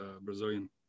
Brazilian